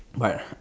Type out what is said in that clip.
but